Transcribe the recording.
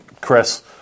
Chris